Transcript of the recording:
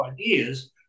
ideas